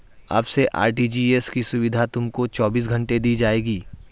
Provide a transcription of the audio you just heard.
अब से आर.टी.जी.एस की सुविधा तुमको चौबीस घंटे दी जाएगी